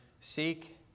seek